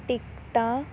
ਟਿਕਟਾਂ